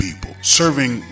serving